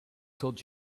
told